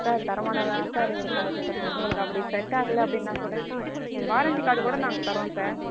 sir தரமானதா தான் sir இருக்கும் உங்களுக்கு அப்படி செட் ஆகலை அப்படின்னா கூட வாரண்டி கார்டு கூட நாங்கள் தரோம் சார்